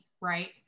right